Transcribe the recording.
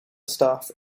stuff